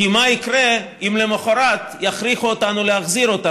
כי מה יקרה אם למוחרת יכריחו אותנו להחזיר אותה,